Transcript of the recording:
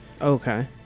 Okay